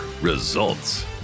results